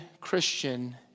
christian